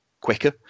quicker